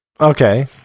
Okay